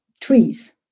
trees